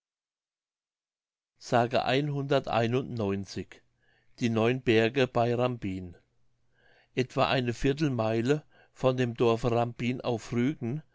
die neun berge bei rambin etwa eine viertelmeile von dem dorfe rambin auf rügen